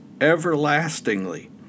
everlastingly